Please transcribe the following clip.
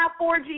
4G